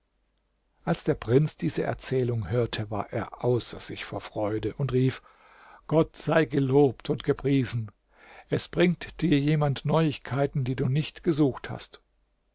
als der prinz diese erzählung hörte war er außer sich vor freude und rief gott sei gelobt und gepriesen es bringt dir jemand neuigkeiten die du nicht gesucht hast